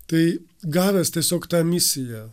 tai gavęs tiesiog tą misiją